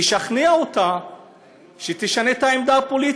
תשכנע אותה שתשנה את העמדה הפוליטית.